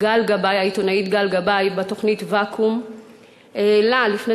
העיתונאית גל גבאי בתוכנית "ואקום" העלה לפני